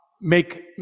make